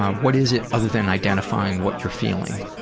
what is it other than identifying what you're feeling?